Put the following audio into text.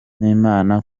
n’imana